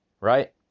right